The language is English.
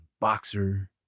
boxer